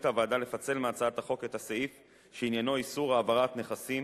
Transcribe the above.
החליטה הוועדה לפצל מהצעת החוק את הסעיף שעניינו איסור העברת נכסים.